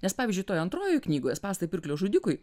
nes pavyzdžiui toj antrojoj knygoj spąstai pirklio žudikui